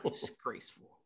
Disgraceful